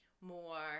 more